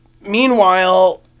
Meanwhile